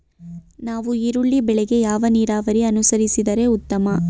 ನಾವು ಈರುಳ್ಳಿ ಬೆಳೆಗೆ ಯಾವ ನೀರಾವರಿ ಅನುಸರಿಸಿದರೆ ಉತ್ತಮ?